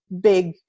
big